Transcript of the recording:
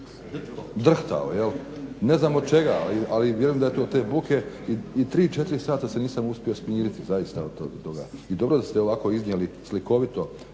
drhtao, ne znam od čega ali vjerujem da je to od te buke i 3-4 sata se nisam uspio smiriti zaista od toga. I dobro da ste ovako iznijeli slikovito,